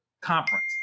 conference